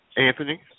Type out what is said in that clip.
Anthony